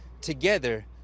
together